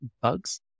bugs